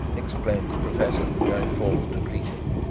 exclaimed the professor, going forward to greet him.